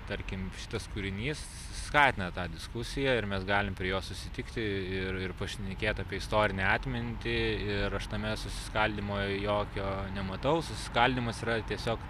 tarkim šitas kūrinys skatina tą diskusiją ir mes galim prie jo susitikti ir ir pašnekėt apie istorinę atmintį ir aš tame susiskaldymo jokio nematau susiskaldymas yra tiesiog